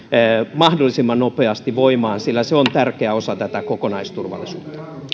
mahdollisimman nopeasti voimaan sillä se on tärkeä osa tätä kokonaisturvallisuutta